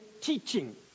teaching